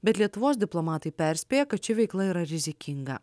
bet lietuvos diplomatai perspėja kad ši veikla yra rizikinga